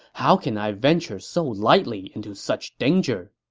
how can i venture so lightly into such danger?